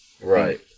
right